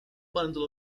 bundle